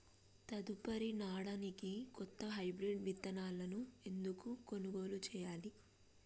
తదుపరి నాడనికి కొత్త హైబ్రిడ్ విత్తనాలను ఎందుకు కొనుగోలు చెయ్యాలి?